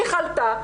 שחלתה,